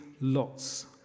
lots